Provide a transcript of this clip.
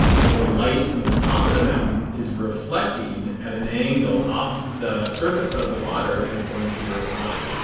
well the light from the top of the mountain is reflecting at an angle off of the surface of the water and it is going to your eye.